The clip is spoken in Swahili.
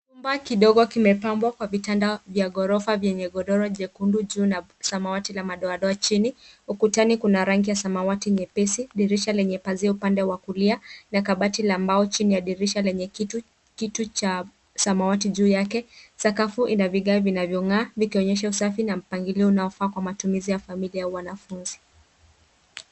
Chumba kidogo kimepambwa kwa vitanda vya ghorofa vyenye godoro jekundu juu na samawati la madoadoa chini. Ukutani kuna rangi ya samawati nyepesi, dirisha lenye pazia upande wa kulia, na kabati la mbao chini ya dirisha lenye kitu cha samawati juu yake. Sakafu ina vigae vinavyong'aa vikionyesha usafi na mpangilio unaofaa kwa matumizi ya familia au wanafunzi.